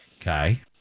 Okay